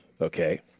okay